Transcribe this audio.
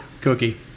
Cookie